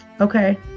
Okay